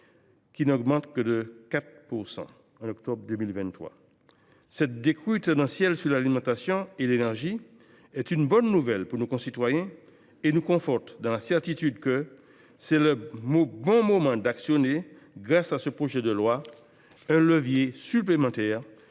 qui n’augmente que de 4,0 % en octobre 2023. Cette décrue tendancielle sur l’alimentation et l’énergie est une bonne nouvelle pour nos concitoyens et nous conforte dans la certitude que c’est le bon moment d’actionner, grâce à ce projet de loi, un levier supplémentaire